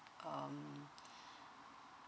um